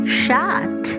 shot